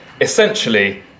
essentially